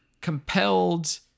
compelled